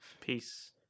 Peace